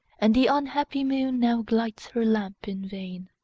and the unhappy moon now lights her lamp in vain.